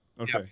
Okay